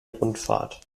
rundfahrt